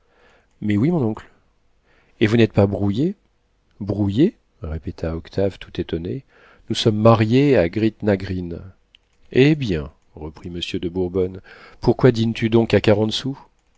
mais oui mon oncle et vous n'êtes pas brouillés brouillés répéta octave tout étonné nous sommes mariés à greatna green hé bien reprit monsieur de bourbonne pourquoi dînes tu donc à quarante sous